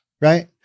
right